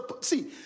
see